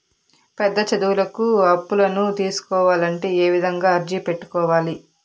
పెద్ద చదువులకు అప్పులను తీసుకోవాలంటే ఏ విధంగా అర్జీ పెట్టుకోవాలి?